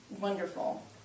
wonderful